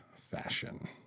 fashion